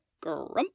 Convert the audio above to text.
Grump